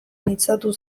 mintzatu